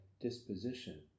disposition